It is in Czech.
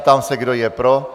Ptám se, kdo je pro.